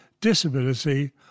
disability